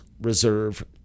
Reserve